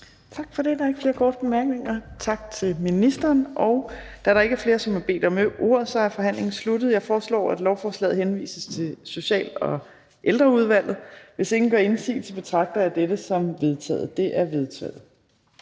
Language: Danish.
Tak for det. Der er ikke flere korte bemærkninger. Tak til ministeren. Da der ikke er flere, som har bedt om ordet, er forhandlingen sluttet. Jeg foreslår, at lovforslaget henvises til Social- og Ældreudvalget. Hvis ingen gør indsigelse, betragter jeg dette som vedtaget. Det er vedtaget.